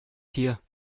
tier